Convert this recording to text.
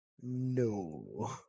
no